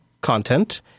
content